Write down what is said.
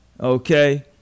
Okay